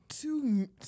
two